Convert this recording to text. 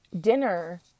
dinner